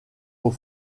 aux